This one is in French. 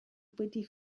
petit